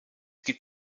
gibt